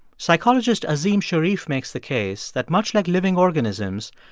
psychologist azim shariff makes the case that much like living organisms,